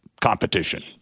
Competition